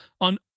on